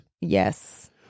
Yes